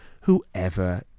whoever